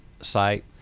site